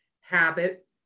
habit